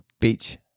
Beach